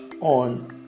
on